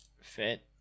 fit